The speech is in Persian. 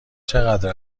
چقدر